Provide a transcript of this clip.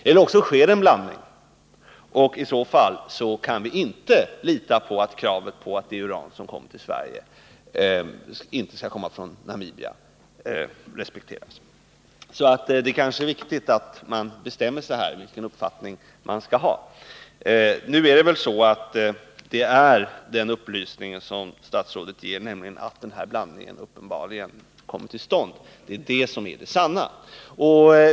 Eller också sker det en blandning, och i så fall kan vi inte lita på att kravet på att det uran som kommer till Sverige inte skall komma från Namibia respekteras. Det kanske är viktigt att man bestämmer sig för vilken uppfattning man skall ha. Den upplysning som statsrådet ger, nämligen att den här blandningen uppenbarligen kommer till stånd, är väl den sanna.